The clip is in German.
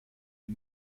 die